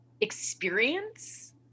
experience